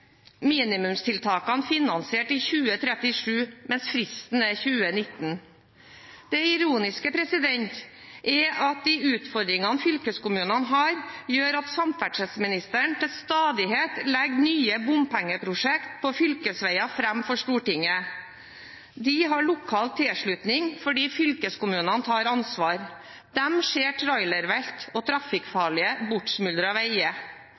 minimumstiltakene finansiert i 2037, mens fristen er 2019. Det ironiske er at de utfordringene fylkeskommunene har, gjør at samferdselsministeren til stadighet legger nye bompengeprosjekt på fylkesveier fram for Stortinget. De har lokal tilslutning fordi fylkeskommunene tar ansvar. De ser trailervelt og trafikkfarlige, bortsmuldrete veier.